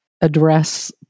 address